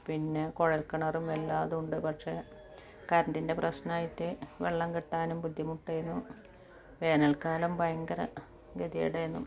പിന്നെ കുഴൽ കിണറും എല്ലാമുണ്ട് പക്ഷേ കറണ്ടിൻ്റെ പ്രശ്നമായിട്ട് വെള്ളം കിട്ടാനും ബുദ്ധിമുട്ടേനു വേനൽക്കാലം ഭയങ്കര ഗതികേടായിരുന്നു